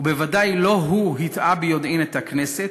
ובוודאי לא הוא הטעה ביודעין את הכנסת,